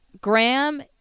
Graham